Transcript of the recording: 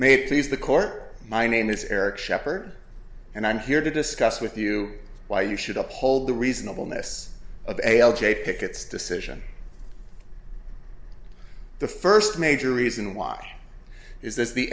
may please the court my name is eric shepard and i'm here to discuss with you why you should uphold the reasonableness of a l j pickett's decision the first major reason why is this the